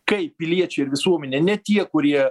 kai piliečiai ir visuomenė ne tie kurie